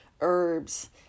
herbs